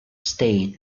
state